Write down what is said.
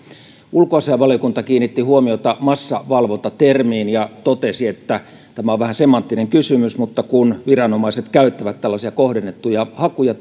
ulkoasiainvaliokunta kiinnitti huomiota massavalvonta termiin ja totesi että tämä on vähän semanttinen kysymys mutta kun viranomaiset käyttävät tällaisia kohdennettuja hakuja